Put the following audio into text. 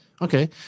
Okay